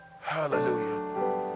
Hallelujah